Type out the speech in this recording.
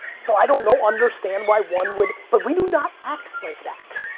so i don't know, understand why one would. but we do not act like that.